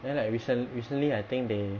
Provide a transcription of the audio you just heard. then like recent~ recently I think they